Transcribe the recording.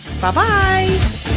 bye-bye